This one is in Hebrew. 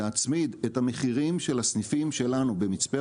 להצמיד את המחירים של הסניפים שלנו במצפה